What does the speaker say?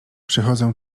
przychodzę